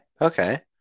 Okay